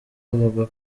avuga